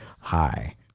Hi